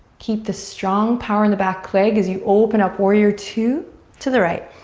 keep the strong power in the back leg as you open up warrior two to the right.